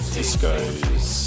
Discos